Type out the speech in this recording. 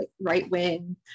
right-wing